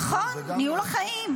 נכון, ניהול החיים.